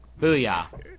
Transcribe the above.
Booyah